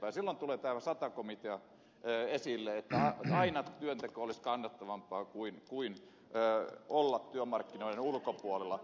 silloin tulee tämä sata komitea esille että aina työnteko olisi kannattavampaa kuin työmarkkinoiden ulkopuolella oleminen